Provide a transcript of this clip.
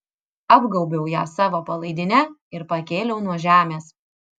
apgaubiau ją savo palaidine ir pakėliau nuo žemės